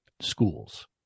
schools